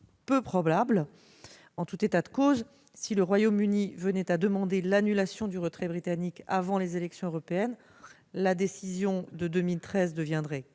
peu probable. En tout état de cause, si le Royaume-Uni venait à demander l'annulation de son départ avant les élections européennes, la décision de 2013 deviendrait caduque